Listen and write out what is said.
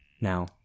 Now